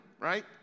right